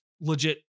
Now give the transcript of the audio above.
legit